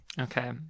okay